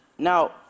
Now